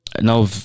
Now